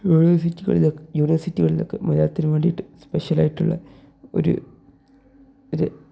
യൂണിവേഴ്സിറ്റികളിലെ യൂണിവേഴ്സിറ്റികളിലൊക്കെ മലയാളത്തിന് വേണ്ടിയിട്ട് സ്പെഷലായിട്ടുള്ള ഒരു ഒരു